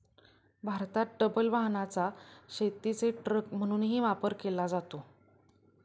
भारतात डबल वाहनाचा शेतीचे ट्रक म्हणूनही वापर केला जातो